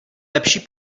lepší